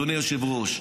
אדוני היושב-ראש,